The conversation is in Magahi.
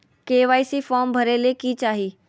के.वाई.सी फॉर्म भरे ले कि चाही?